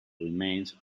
remains